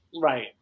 Right